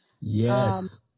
Yes